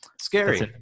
scary